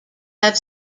have